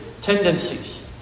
tendencies